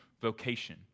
vocation